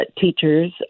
teachers